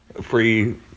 Free